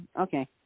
okay